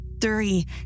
Three